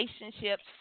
relationships